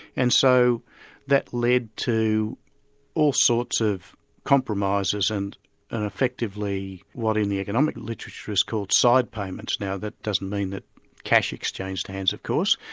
and so that led to all sorts of compromises, and and effectively what in the economic literature is called side payments, now that doesn't mean that cash exchanged hands of course,